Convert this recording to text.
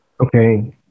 Okay